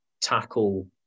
tackle